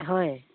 হয়